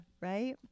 right